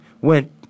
went